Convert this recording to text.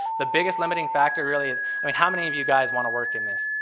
the biggest limiting factor really is, i mean how many of you guys want to work in this?